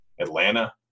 Atlanta